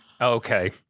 Okay